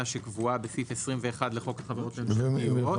שקבועה בסעיף 21 לחוק החברות הממשלתיות,